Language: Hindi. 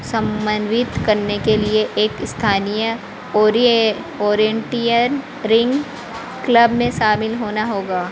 समन्वित करने के लिए एक स्थानीय ओरेन्टियन रिंग क्लब में शामिल होना होगा